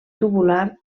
tubular